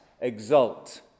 exult